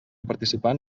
participant